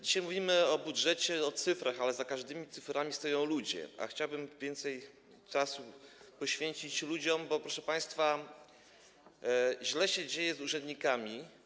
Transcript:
Dzisiaj mówimy o budżecie, o cyfrach, ale za każdymi cyframi stoją ludzie, a chciałbym więcej czasu poświęcić ludziom, bo, proszę państwa, źle się dzieje z naszymi urzędnikami.